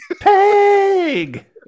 Peg